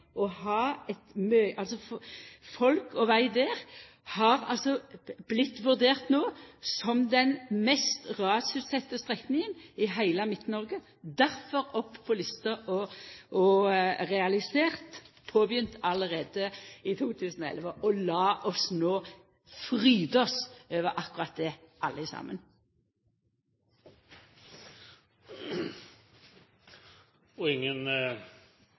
å få fram Oppdølstranda, som altså sto seint i perioden, fordi Oppdølstranda no har vorte vurdert som den mest rasutsette strekninga i heile Midt-Noreg – difor opp på lista og realisert og påbegynt allereie i 2011. Lat oss no fryda oss over akkurat det alle